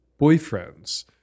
boyfriends